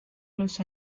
los